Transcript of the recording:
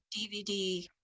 DVD